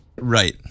Right